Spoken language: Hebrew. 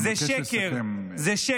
זה שקר.